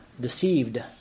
deceived